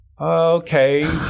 okay